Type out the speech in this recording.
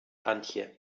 antje